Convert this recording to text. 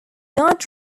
not